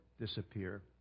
disappear